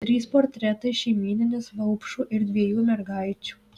trys portretai šeimyninis vaupšų ir dviejų mergaičių